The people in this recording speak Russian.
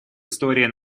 истории